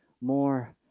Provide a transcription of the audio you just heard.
more